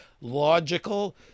logical